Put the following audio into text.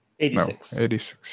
86